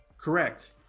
Correct